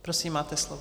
Prosím, máte slovo.